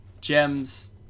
gems